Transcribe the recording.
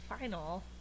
final